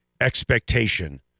expectation